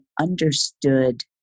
understood